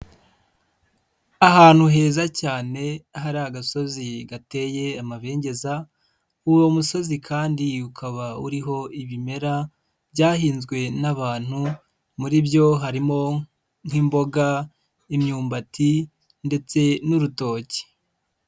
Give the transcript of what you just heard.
Ahantu heza cyane hari agasozi gateye amabengeza, uwo musozi kandi ukaba uriho ibimera byahinzwe n'abantu muri byo harimo nk'imboga, imyumbati ndetse n'urutoki.